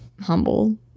humble